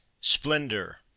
Splendor